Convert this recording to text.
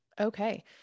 Okay